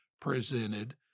presented